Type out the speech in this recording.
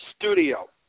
studio